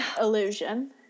illusion